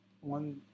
one